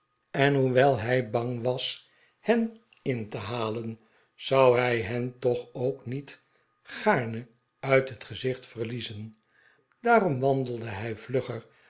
en hoewel hij bang was hen in te halen zou hij hen toch ook niet gaarne uit het gezicht verliezen daarom wandelde hij vlugger